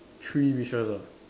three wishes ah